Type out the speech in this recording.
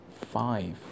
five